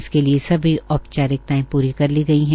इसके लिये सभी औपचारिकताएं प्री कर ली गई है